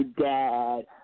dad